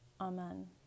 Amen